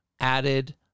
added